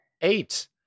Eight